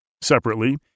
Separately